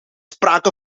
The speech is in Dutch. sprake